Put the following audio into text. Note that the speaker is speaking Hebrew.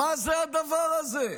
מה זה הדבר הזה,